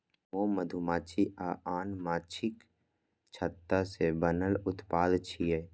मोम मधुमाछी आ आन माछीक छत्ता सं बनल उत्पाद छियै